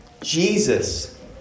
Jesus